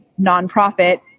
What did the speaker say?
nonprofit